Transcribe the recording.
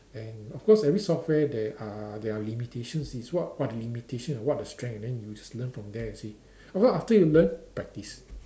and of course every software there are there are limitations is what what limitation and what is the strength and then you just learn from there you see of course after you learn practice